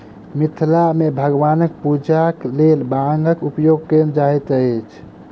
मिथिला मे भगवानक पूजाक लेल बांगक उपयोग कयल जाइत अछि